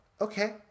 okay